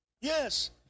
Yes